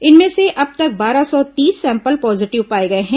इनमें से अब तक बारह सौ तीस सैंपल पॉजिटिव पाए गए हैं